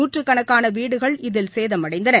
நூற்றுக்கணக்கான வீடுகள் இதில் சேதமடைந்தன